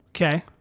Okay